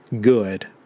good